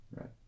right